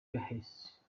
hesse